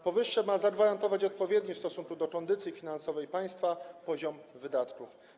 Powyższe ma zagwarantować odpowiedni w stosunku do kondycji finansowej państwa poziom wydatków.